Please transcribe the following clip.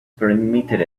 permitted